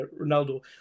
Ronaldo